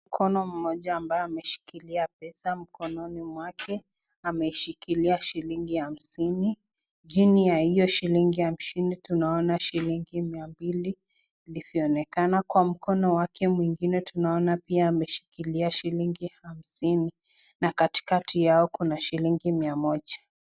Mkono mmoja ambaye ameshikilia pesa mkononi mwake ameshikilia shilingi hamsini. Chini ya hiyo shilingi hamsini tunaona shilingi mia mbili ilivyo onekana. Kwa mkono wake mwingine tunaona pia ameshikilia shilingi hamsini na kati kati yao kuna shilingi mia moja.